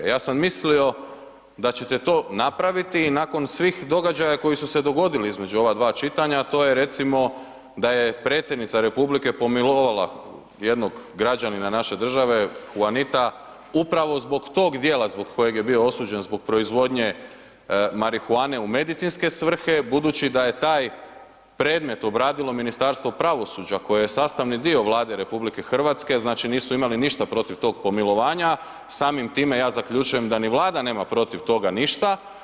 Ja sam mislio, da ćete to napraviti i nakon svih događaja koja su se dogodila između ova 2 čitanja, a to je recimo da je predsjednica Republika pomilovala jednog građanina naše države, Huanita, upravo zbog tog dijela, zbog kojeg je bio osuđen, zbog proizvodnje marihuane u medicinske svrhe, budući da je taj predmet obradilo Ministarstvo pravosuđa, koje je sastavni dio Vlade RH, znači nisu imali ništa protiv tog pomilovanja, samim time, ja zaključujem da ni vlada nema protiv toga ništa.